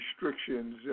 restrictions